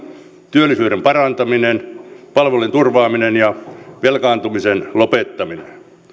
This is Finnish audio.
työllisyyden parantaminen palvelujen turvaaminen ja velkaantumisen lopettaminen